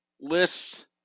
list